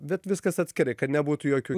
bet viskas atskirai kad nebūtų jokių